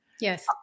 Yes